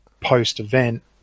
post-event